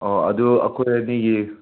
ꯑꯗꯨ ꯑꯩꯈꯣꯏ ꯑꯅꯤꯒꯤ